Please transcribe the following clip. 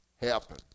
happen